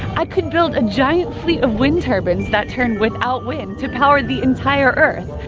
i could build a giant fleet of wind turbines that turn without wind to power the entire earth.